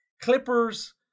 Clippers